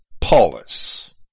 Paulus